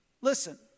listen